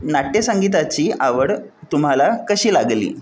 नाट्यसंगीताची आवड तुम्हाला कशी लागली